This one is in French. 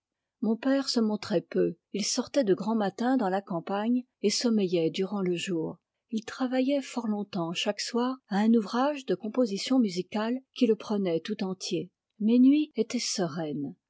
mon père se montrait peu il sortait de grand matin dans la campagne et sommeillait durant le jour il travaillait fort longtemps chaque soir à un ouvrage de composition musicale qui le prenait tout entier mes nuits étaient sereines